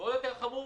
עוד יותר חמור